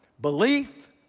Belief